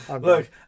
look